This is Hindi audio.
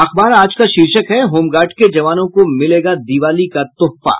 अखबार आज का शीर्षक है होमगार्ड के जवानों को मिलेगा दीवाली का तोहफा